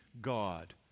God